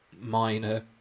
minor